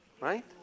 Right